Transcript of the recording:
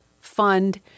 fund